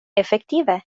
efektive